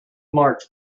march